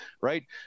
Right